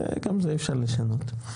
גם זה אפשר לשנות.